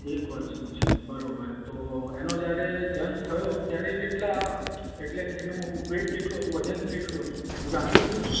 એક વરસનો છે બરાબર તો એનો જ્યારે જન્મ થયો ત્યારે એ કેટલાં એટલે એનું વેઈટ કેટલું હતું વજન કેટલું હતું હું જાણી શકુ છું